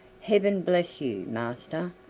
heaven bless you, master,